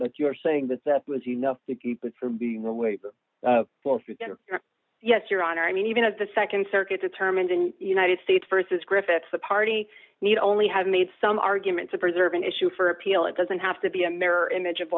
but you're saying that that was enough to keep it from being away for free yes your honor i mean even if the nd circuit determined in united states versus griffiths the party need only have made some argument to preserve an issue for appeal it doesn't have to be a mirror image of